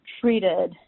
treated